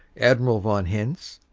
admiral von hintz,